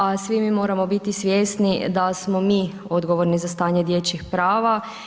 A svi mi moramo biti svjesni da smo mi odgovorni za stanje dječjih prava.